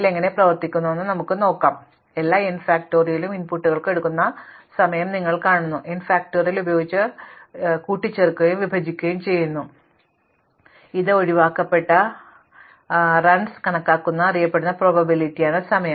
അതിനാൽ ഞങ്ങൾ യഥാർത്ഥ കണക്കുകൂട്ടൽ നടത്തുകയില്ല എന്നാൽ നിങ്ങൾ ശരാശരി കാണുകയാണെങ്കിൽ എല്ലാ n ഫാക്റ്റോറിയൽ ഇൻപുട്ടുകൾക്കും എടുക്കുന്ന യഥാർത്ഥ സമയം നിങ്ങൾ കാണുന്നു n ഫാക്റ്റോറിയൽ ഉപയോഗിച്ച് കൂട്ടിച്ചേർക്കുകയും വിഭജിക്കുകയും ചെയ്യുന്നു ഇത് ഒഴിവാക്കപ്പെട്ട ഓട്ടം കണക്കാക്കുന്നത് എന്നറിയപ്പെടുന്ന പ്രോബബിലിറ്റിയാണ് സമയം